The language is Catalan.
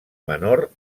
menor